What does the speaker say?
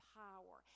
power